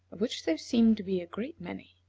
of which there seemed to be a great many.